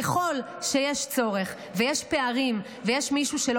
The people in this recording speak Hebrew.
ככל שיש צורך ויש פערים ויש מישהו שלא